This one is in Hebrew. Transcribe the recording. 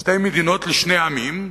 "שתי מדינות לשני עמים",